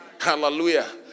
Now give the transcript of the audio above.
Hallelujah